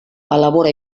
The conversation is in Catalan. elabora